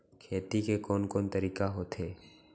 खेती के कोन कोन तरीका होथे?